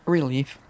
Relief